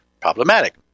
problematic